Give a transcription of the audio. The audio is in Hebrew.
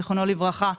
זכרונו לברכה,